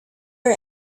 our